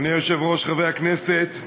אדוני היושב-ראש, חברי הכנסת,